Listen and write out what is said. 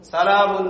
Salam